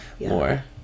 more